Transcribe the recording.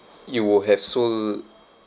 you will have sold